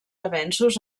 avenços